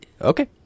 Okay